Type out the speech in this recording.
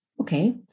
Okay